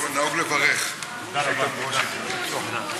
בבקשה, חבר הכנסת אזברגה